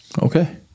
Okay